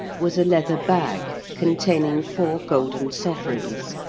was a leather bag containing four golden sovereigns,